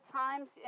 times